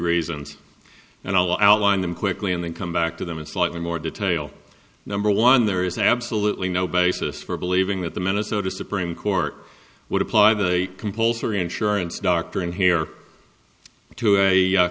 reasons and i'll outline them quickly and then come back to them in slightly more detail number one there is absolutely no basis for believing that the minnesota supreme court would apply the compulsory insurance doctoring here to a